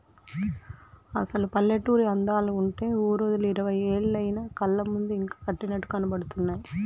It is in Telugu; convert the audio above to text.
అసలు పల్లెటూరి అందాలు అంటే ఊరోదిలి ఇరవై ఏళ్లయినా కళ్ళ ముందు ఇంకా కట్టినట్లు కనబడుతున్నాయి